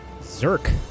Zerk